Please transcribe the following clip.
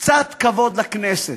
קצת כבוד לכנסת,